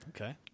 Okay